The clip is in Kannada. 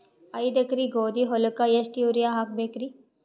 ಐದ ಎಕರಿ ಗೋಧಿ ಹೊಲಕ್ಕ ಎಷ್ಟ ಯೂರಿಯಹಾಕಬೆಕ್ರಿ?